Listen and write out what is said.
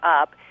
up